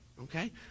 okay